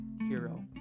hero